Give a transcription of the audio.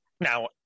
Now